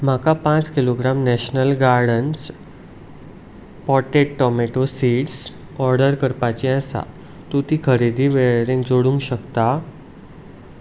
म्हाका पांच kilogram National Gardens potted tomato seeds order करपाची आसा तूं ती खरेदी वेळेरेन जोडूंक शकता